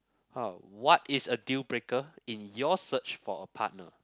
how what is a deal breaker in your search for a partner